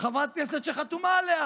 חברת כנסת שחתומה עליה,